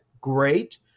great